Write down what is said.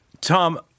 Tom